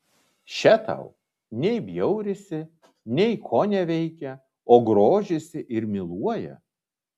še tau nei bjaurisi nei koneveikia o grožisi ir myluoja